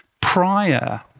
Prior